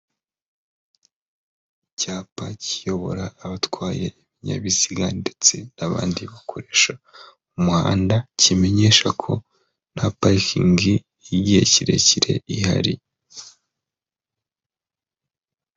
Icyapa kiyobora abatwaye ibinyabiziga ndetse n'abandi bakoresha umuhanda, kimenyesha ko nta parikingi y'igihe kirekire ihari.